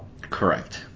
Correct